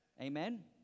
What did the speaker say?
Amen